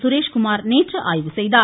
சுரேஷ்குமார் நேற்று ஆய்வு செய்தார்